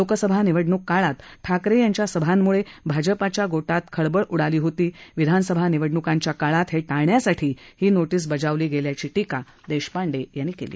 लोकसभा निवडणूक काळात ठाकरे यांच्या सभांमुळे भाजपच्या गोटात खळबळ उडाली होती विधानसभा निवडणुकांच्या काळात हे टाळण्यासाठी ही नोटीस बजावली गेल्याची टीका देशपांडे यांनी केली